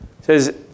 says